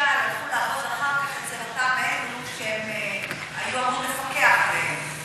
ממשל הלכו לעבוד אחר כך אצל אותם אלו שהם היו אמורים לפקח עליהם.